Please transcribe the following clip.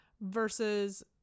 versus